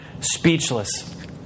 speechless